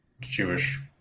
Jewish